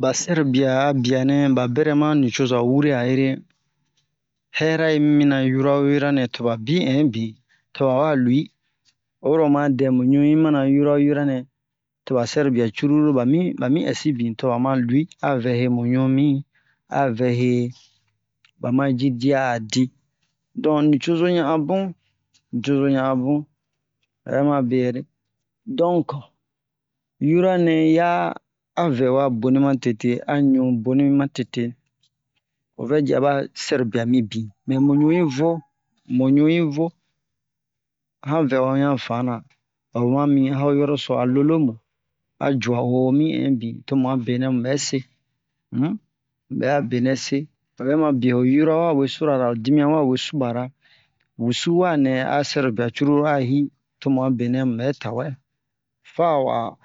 ba sɛrobia a bia nɛ ba bɛrɛ ma nicoza wure a ere hɛra yi mina yoro wo yora nɛ to ba bi yin bin to ba wa lu'i oyi ro oma dɛ mu ɲu yi mana yoro wo yora nɛ to ba sɛrobia cruru ba mi ba mi ɛsi bin to ba ma lu'i a vɛ he mu ɲu mi a vɛ he ba ma ji dia a di don nicozo yan a bun nicozo yan a bun o'ɛ ma mu be yɛre donk yura nɛ ya a vɛwa boni ma tete a ɲu boni ma tete o vɛ ji a ba sɛrobia mibin mɛ mu ɲu yi vo mu ɲu yi vo a han vɛwa wian fana o ma mi a ho yoro so a lolomu a ju'a wo mi hinbiin to mu a benɛ mu bɛ se um mu bɛ a bena se o bɛ ma bie ho yoro wa we sura ra ho dimiyan wa we bura ra wusu wa nɛ a sɛrobia cruru a hi to mu a benɛ mu bɛ tawe fa wa